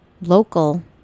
Local